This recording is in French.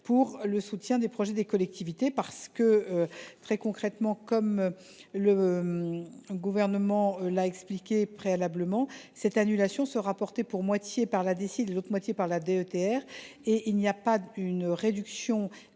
pour le soutien des projets des collectivités. Très concrètement, comme le Gouvernement l’a expliqué préalablement, cette annulation sera portée pour moitié par la DSIL et pour moitié par la DETR. Elle n’entraînera donc pas de réduction